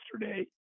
yesterday